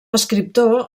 escriptor